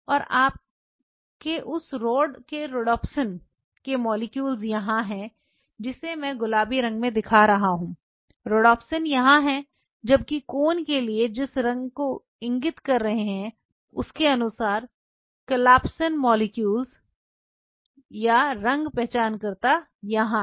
और आपके उस रॉड के रोडोप्सिन के मोलेक्युल्स यहां हैं जिसे मैं गुलाबी रंगों में दिखा रहा हूं रोड्सपिन यहां हैं जबकि कोन के लिए जिस रंग को इंगित कर रहे हैं उसके अनुसार कलापसिंग मोलेक्युल्स या रंग पहचानकर्ता यहां हैं